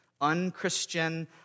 unchristian